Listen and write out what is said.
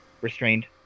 restrained